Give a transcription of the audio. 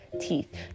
teeth